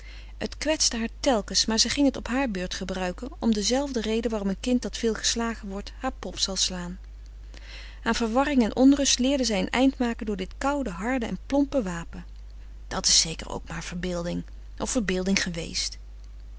kwetste haar telkens maar zij ging het op haar beurt gebruiken om dezelfde reden waarom een kind dat veel geslagen wordt haar pop zal slaan aan verwarring en onrust frederik van eeden van de koele meren des doods leerde zij een eind maken door dit koude harde en plompe wapen dat s zeker ook maar verbeelding of verbeelding geweest